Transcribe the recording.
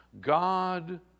God